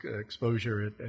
exposure